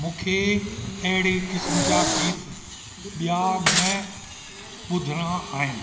मूंखे अहिड़े किस्म जा गीत ॿिया न बुधिणा आहिनि